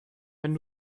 wenn